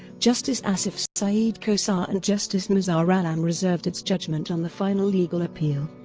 justice asif saeed khosa and justice mazhar alam reserved its judgement on the final legal appeal.